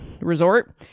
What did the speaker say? resort